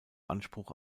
anspruch